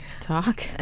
Talk